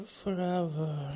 forever